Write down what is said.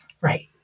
Right